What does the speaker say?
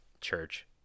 church